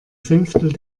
fünftel